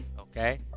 okay